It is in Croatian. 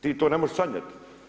Ti to ne možeš sanjat!